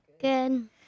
good